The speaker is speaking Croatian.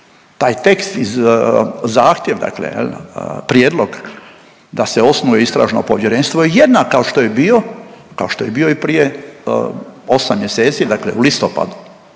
taj tekst zahtjev dakle, prijedlog, da se osnuje istražno povjerenstvo je jednak kao što je bio, kao što je bio i prije osam mjeseci dakle u listopadu